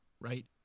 Right